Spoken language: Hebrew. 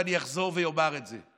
ואני אחזור ואומר את זה: